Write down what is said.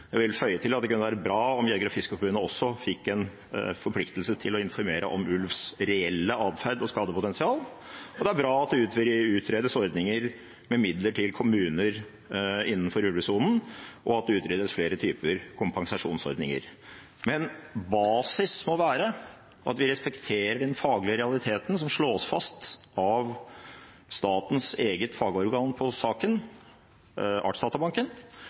Jeg vil føye til at det kunne være bra om Norges Jeger- og Fiskerforbund også fikk en forpliktelse til å informere om ulvens reelle adferd og skadepotensial. Og det er bra at det utredes ordninger med midler til kommuner innenfor ulvesonen, og at det utredes flere typer kompensasjonsordninger. Men basis må være at vi respekterer den faglige realiteten som slås fast av statens eget fagorgan på saken, Artsdatabanken.